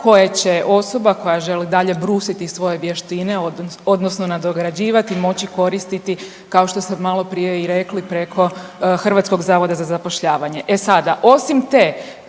koje će osoba koja želi dalje brusiti svoje vještine odnosno nadograđivati moći koristiti kao što ste maloprije i rekli preko HZZ-a. E sada, osim te